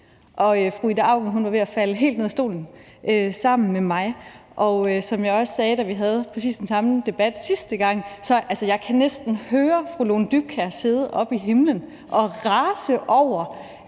Fru Ida Auken og jeg var ved at falde helt ned af stolen, og som jeg også sagde, sidst vi havde præcis den samme debat, så kan jeg næsten høre Lone Dybkjær sidde oppe i himlen og rase over,